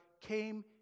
came